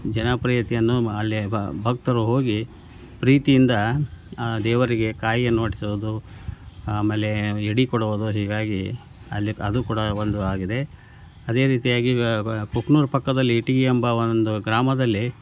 ಜನಪ್ರಿಯತೆಯನ್ನು ಅಲ್ಲೇ ಭಕ್ತರು ಹೋಗಿ ಪ್ರೀತಿಯಿಂದ ಆ ದೇವರಿಗೆ ಕಾಯಿಯನ್ನು ಒಡಿಸೋದು ಆಮೇಲೆ ಇಡಿ ಕೊಡೋದು ಹೀಗಾಗಿ ಅಲ್ಲಿ ಕ ಅದು ಕೂಡ ಒಂದು ಆಗಿದೆ ಅದೇ ರೀತಿಯಾಗಿ ಇವ ಕುಕ್ನೂರ ಪಕ್ಕದಲ್ಲಿ ಇಟ್ಗಿ ಎಂಬ ಒಂದು ಗ್ರಾಮದಲ್ಲಿ